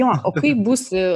jo o kai būs i